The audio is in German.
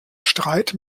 streit